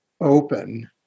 open